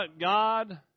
God